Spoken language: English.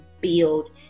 build